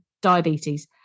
Diabetes